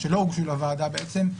שלא הוגשו לוועדה בעצם,